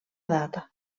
data